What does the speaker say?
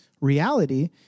reality